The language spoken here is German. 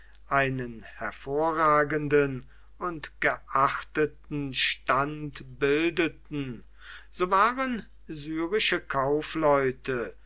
einen hervorragenden und geachteten stand bildeten so waren syrische kaufleute